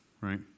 right